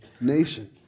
nation